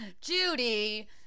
Judy